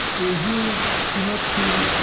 you do not feel